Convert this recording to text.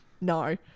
no